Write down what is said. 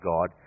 God